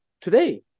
today